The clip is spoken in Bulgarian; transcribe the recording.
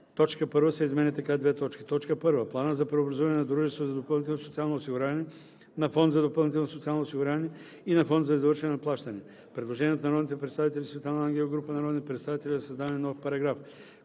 343 т. 1 се изменя така: „1. плана за преобразуване на дружество за допълнително социално осигуряване, на фонд за допълнително социално осигуряване и на фонд за извършване на плащания;“ Предложение от народния представител Светлана Ангелова и група народни представители за създаване на нов параграф.